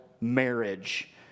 marriage